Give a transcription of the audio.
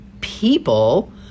people